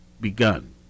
begun